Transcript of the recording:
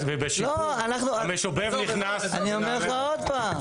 ובשיבוב המשובב נכנס --- אני אומר לך עוד פעם.